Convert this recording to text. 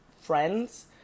friends